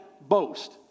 boast